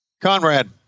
Conrad